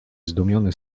zdumiony